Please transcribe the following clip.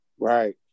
Right